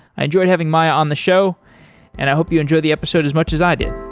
i enjoyed having maya on the show and i hope you enjoy the episode as much as i did